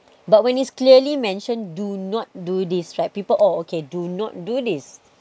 but when it's clearly mentioned do not do this right people oh okay do not do this